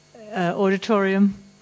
auditorium